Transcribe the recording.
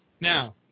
Now